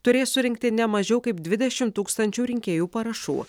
turės surinkti ne mažiau kaip dvidešimt tūkstančių rinkėjų parašų